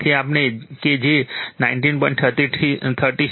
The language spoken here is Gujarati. તેથી આપણે કે જે 19